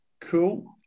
Cool